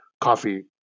coffee